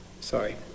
Sorry